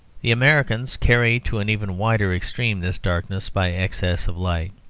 the americans carry to an even wilder extreme this darkness by excess of light.